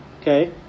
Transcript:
Okay